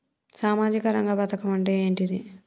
సామాజిక రంగ పథకం అంటే ఏంటిది?